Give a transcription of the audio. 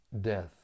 death